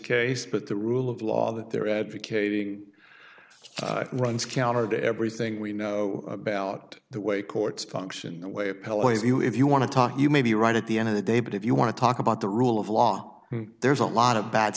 case but the rule of law that they're advocating runs counter to everything we know about the way courts function the way appellate lawyers you if you want to talk you may be right at the end of the day but if you want to talk about the rule of law there's a lot of bad